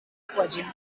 aquagym